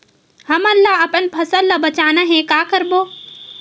हमन ला अपन फसल ला बचाना हे का करबो?